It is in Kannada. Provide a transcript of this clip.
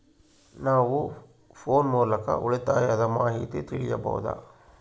ನಾವು ಫೋನ್ ಮೂಲಕ ಉಳಿತಾಯದ ಮಾಹಿತಿ ತಿಳಿಯಬಹುದಾ?